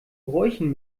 bräuchen